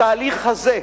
התהליך הזה,